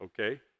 okay